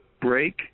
break